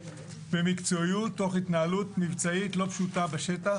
במקצועיות, תוך התנהלות מבצעית לא פשוטה בשטח.